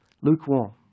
lukewarm